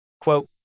Quote